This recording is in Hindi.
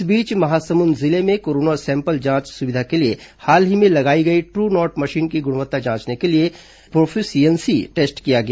इस बीच महासमुंद जिले में कोरोना सैंपल जांच सुविधा के लिए हाल ही में लगाई गई ट्र नॉट मशीन की गुणवत्ता जांचने के लिए प्रॉफिसियेन्सी टेस्ट किया गया